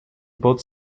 bought